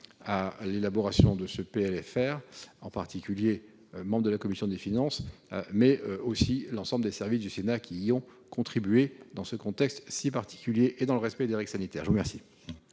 à l'élaboration de ce texte, en particulier les membres de la commission des finances, mais aussi l'ensemble des services du Sénat, dans ce contexte si particulier et dans le respect des règles sanitaires. La parole